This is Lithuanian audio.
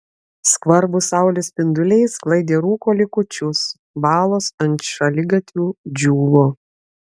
skvarbūs saulės spinduliai sklaidė rūko likučius balos ant šaligatvių džiūvo